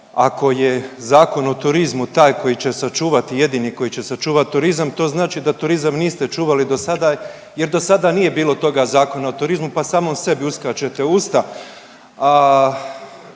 ako je Zakon o turizmu taj koji će sačuvat i jedini koji će sačuvat turizam to znači da turizam niste čuvali do sada jer dosada nije bilo toga Zakona o turizmu, pa samom sebi uskačete u usta.